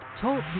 Talk